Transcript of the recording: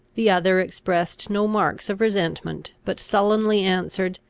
the other expressed no marks of resentment, but sullenly answered,